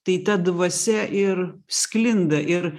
tai ta dvasia ir sklinda ir